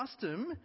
custom